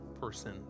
person